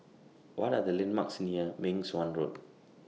What Are The landmarks near Meng Suan Road